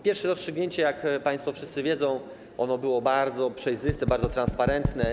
Pierwsze rozstrzygnięcie, jak państwo wszyscy wiedzą, było bardzo przejrzyste, bardzo transparentne.